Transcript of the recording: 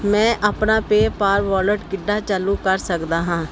ਮੈਂ ਆਪਣਾ PayPal wallet ਕਿੱਦਾਂ ਚਾਲੂ ਕਰ ਸਕਦਾ ਹਾਂ